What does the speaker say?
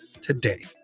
today